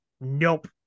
Nope